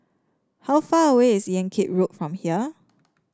how far away is Yan Kit Road from here